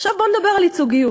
עכשיו בואו נדבר על ייצוגיות.